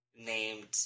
named